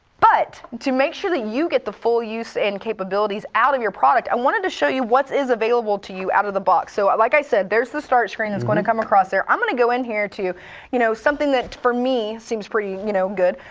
but to make sure that you get the full use and capabilities out of your product, i wanted to show you what is available to you out of the box. so like i said, there's the start screen, that's going to come across there. i'm going to go in here to you know something that, for me, seems pretty you know good.